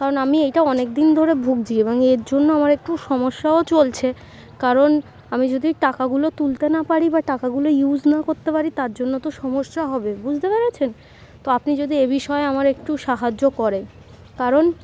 কারণ আমি এইটা অনেক দিন ধরে ভুগছি এবং এর জন্য আমার একটু সমস্যাও চলছে কারণ আমি যদি টাকাগুলো তুলতে না পারি বা টাকাগুলো ইউজ না করতে পারি তার জন্য তো সমস্যা হবে বুঝতে পেরেছেন তো আপনি যদি এ বিষয়ে আমার একটু সাহায্য করেন কারণ